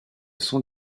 sont